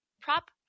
prop